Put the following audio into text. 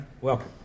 welcome